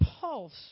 pulse